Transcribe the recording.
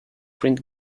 print